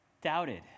Doubted